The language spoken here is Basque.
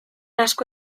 asko